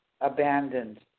abandoned